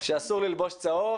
שאסור ללבוש צהוב